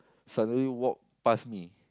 suddenly walk past me